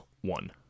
one